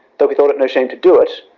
that we thought it no shame to do it,